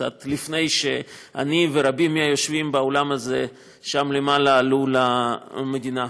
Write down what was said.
קצת לפני שאני ורבים מהיושבים באולם הזה שם למעלה עלו למדינה הזאת.